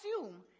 assume